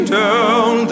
down